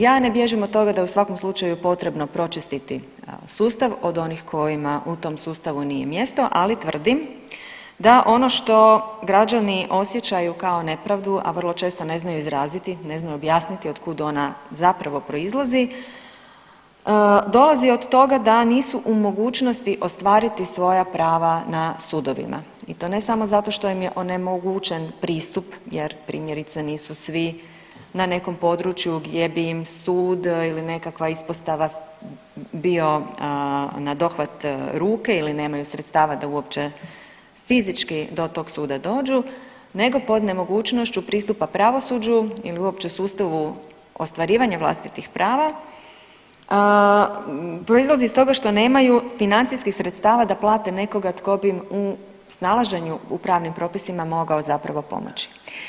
Ja ne bježim od toga da je u svakom slučaju potrebno pročistiti sustav od onih kojima u tom sustavu nije mjesto, ali tvrdim da ono što građani osjećaju kao nepravdu, a vrlo često ne znaju izraziti, ne znaju objasniti od kud ona zapravo proizlazi, dolazi od toga da nisu u mogućnosti ostvariti svoja prava na sudovima i to ne samo zato što im je onemogućen pristup jer primjerice nisu svi na nekom području gdje bi im sud ili nekakva ispostava bio na dohvat ruke ili nemaju sredstava da uopće fizički do tog suda dođu nego pod nemogućnošću pristupa pravosuđu ili uopće sustavu ostvarivanja vlastitih prava proizlazi iz toga što nemaju financijskih sredstava da plate nekoga tko bi im u snalaženju u pravnim propisima mogao zapravo pomoći.